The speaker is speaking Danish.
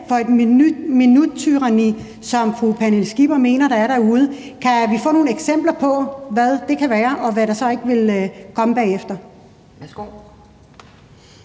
for et minuttyranni, som fru Pernille Skipper mener der er derude? Kan vi få nogen eksempler på, hvad det kan være, og hvad der så ikke ville komme bagefter?